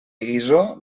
iso